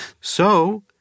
So